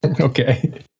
Okay